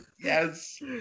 Yes